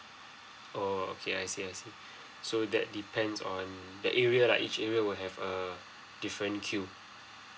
oh okay I see I see so that depends the area lah each area will have a different queue